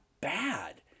bad